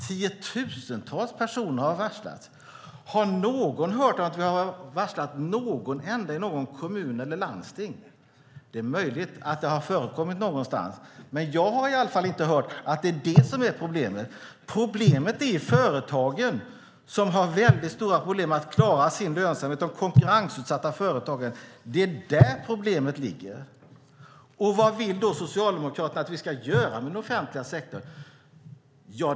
Tiotusentals personer har varslats. Har någon hört att vi har varslat någon enda i någon kommun eller något landsting? Det är möjligt att det har förekommit någonstans, men jag har i alla fall inte hört att det är det som är problemet. Problemet är de konkurrensutsatta företagen, som har stora problem att klara sin lönsamhet. Det är där problemet ligger. Vad vill då Socialdemokraterna att vi ska göra med den offentliga sektorn?